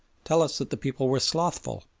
tell us that the people were slothful,